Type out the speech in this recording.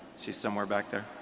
she's somewhere back there.